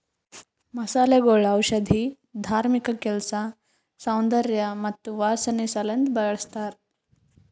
ಮಸಾಲೆಗೊಳ್ ಔಷಧಿ, ಧಾರ್ಮಿಕ ಕೆಲಸ, ಸೌಂದರ್ಯ ಮತ್ತ ವಾಸನೆ ಸಲೆಂದ್ ಬಳ್ಸತಾರ್